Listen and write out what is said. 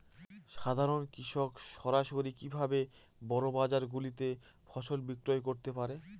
সাধারন কৃষক সরাসরি কি ভাবে বড় বাজার গুলিতে ফসল বিক্রয় করতে পারে?